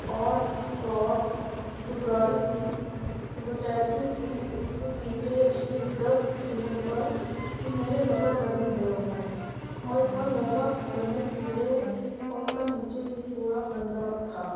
اور تو اور جو گاڑی تھی جو ٹیکسی تھی اس کی سیٹیں اتنی ڈسٹ تھی ان پر کہ میرے کپڑے تک گندے ہو گئے اور اتنا زیادہ گندی سیٹیں اور اس کا نیچے بھی پورا گندا تھا